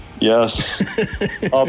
Yes